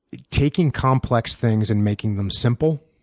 taking complex things and making them simple,